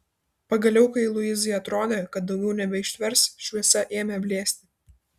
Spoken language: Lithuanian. pagaliau kai luizai atrodė kad daugiau nebeištvers šviesa ėmė blėsti